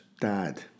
dad